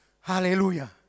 Hallelujah